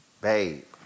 Babe